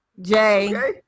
Jay